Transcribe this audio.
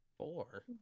Four